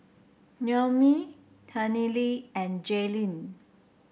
Noemi Tennille and Jaylyn